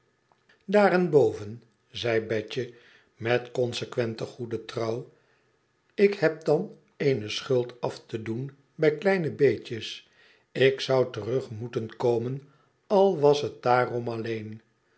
daarenboven zei betje met consequente goede trouw ik heb dan eene schuld af te doen bij kleine beetjes ik zou terug moeten komen al was het daarom alleen